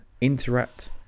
interact